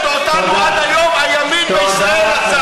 זאת צביעות.